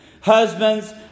Husbands